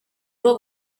rwo